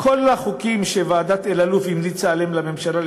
כל החוקים שוועדת אלאלוף המליצה עליהם לממשלה,